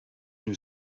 new